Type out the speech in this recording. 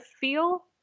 feel